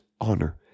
honor